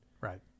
Right